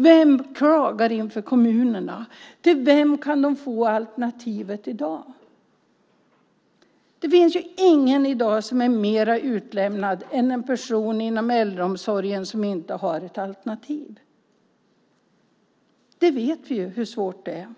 Vem klagar inför kommunerna? Vilket alternativ kan de få i dag? Det finns ingen i dag som är mer utlämnad än en person inom äldreomsorgen som inte har något alternativ. Vi vet hur svårt det är.